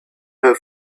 her